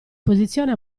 posizione